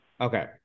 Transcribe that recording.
Okay